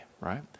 right